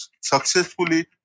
successfully